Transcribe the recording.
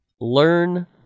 learn